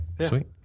sweet